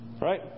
Right